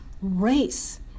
race